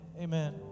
Amen